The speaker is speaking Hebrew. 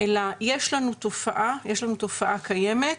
אלא שיש לנו תופעה, יש לנו תופעה קיימת,